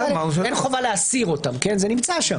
אין חובה להסיר אותם, זה נמצא שם.